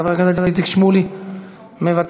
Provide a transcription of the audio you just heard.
חבר הכנסת איציק שמולי, מוותר.